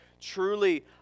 Truly